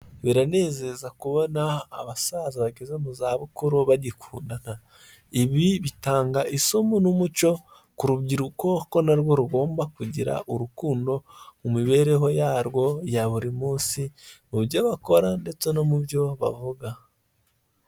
Biranezeza kubona abasaza bageze mu za bukuru bagikundadana, ibi bitanga isomo n'umuco ku rubyiruko ko na rwo rugomba kugira urukundo mu mibereho yarwo ya buri munsi mu byo bakora ndetse no mu byo bavuga.